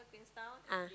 ah